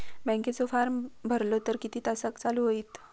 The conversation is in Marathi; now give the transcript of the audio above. बँकेचो फार्म भरलो तर किती तासाक चालू होईत?